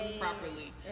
properly